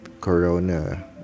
corona